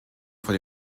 vor